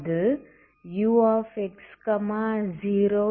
அது ux0f